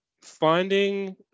finding